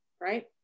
right